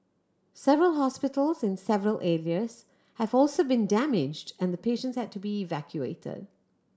several hospitals in several areas have also been damaged and patients had to be evacuated